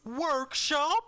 workshop